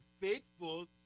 faithful